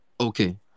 okay